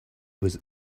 was